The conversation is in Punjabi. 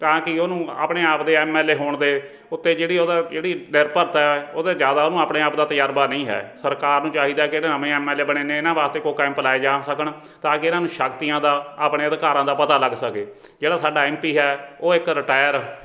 ਤਾਂ ਕਿ ਉਹਨੂੰ ਆਪਣੇ ਆਪਦੇ ਐੱਮ ਐੱਲ ਏ ਹੋਣ ਦੇ ਉੱਤੇ ਜਿਹੜੀ ਉਹਦਾ ਜਿਹੜੀ ਨਿਰਭਰਤਾ ਉਹਤੇ ਜ਼ਿਆਦਾ ਉਹਨੂੰ ਆਪਣੇ ਆਪ ਦਾ ਤਜ਼ਰਬਾ ਨਹੀਂ ਹੈ ਸਰਕਾਰ ਨੂੰ ਚਾਹੀਦਾ ਕਿ ਜਿਹੜੇ ਨਵੇਂ ਐੱਮ ਐੱਲ ਏ ਬਣੇ ਨੇ ਇਹਨਾਂ ਵਾਸਤੇ ਕੋਈ ਕੈਂਪ ਲਾਏ ਜਾਣ ਸਕਣ ਤਾਂ ਕਿ ਇਹਨਾਂ ਨੂੰ ਸ਼ਕਤੀਆਂ ਦਾ ਆਪਣੇ ਅਧਿਕਾਰਾਂ ਦਾ ਪਤਾ ਲੱਗ ਸਕੇ ਜਿਹੜਾ ਸਾਡਾ ਐੱਮ ਪੀ ਹੈ ਉਹ ਇੱਕ ਰਿਟਾਇਰ